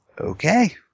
Okay